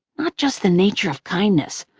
not just the nature of kindness,